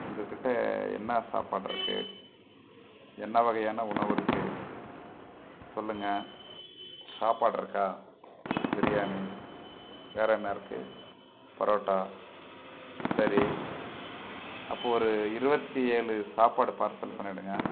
உங்கள்கிட்ட என்ன சாப்பாடு இருக்கு என்ன வகையான உணவு இருக்குது சொல்லுங்கள் சாப்பாடுருக்கா பிரியாணி வேறு என்ன இருக்குது பரோட்டா சரி அப்போது ஒரு இருபத்தி ஏழு சாப்பாடு பார்சல் பண்ணிவிடுங்க